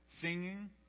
singing